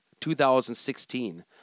2016